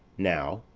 now,